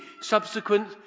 subsequent